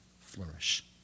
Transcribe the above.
flourish